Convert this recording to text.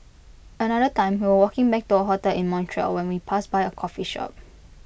another time we were walking back to our hotel in Montreal when we passed by A coffee shop